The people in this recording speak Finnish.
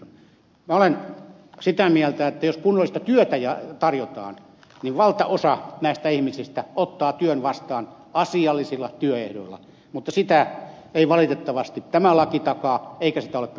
minä olen sitä mieltä että jos kunnollista työtä tarjotaan niin valtaosa näistä ihmisistä ottaa työn vastaan asiallisilla työehdoilla mutta sitä ei valitettavasti tämä laki takaa eikä sitä ole pystytty järjestämään